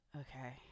Okay